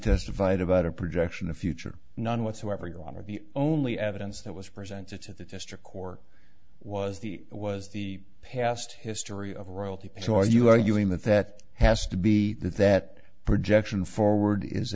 testified about a projection of future none whatsoever your honor the only evidence that was presented to the district court was the was the past history of royalty so are you arguing that that has to be that projection forward is